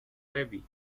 levy